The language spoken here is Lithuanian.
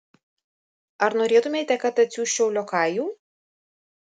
ar norėtumėte kad atsiųsčiau liokajų